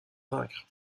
vaincre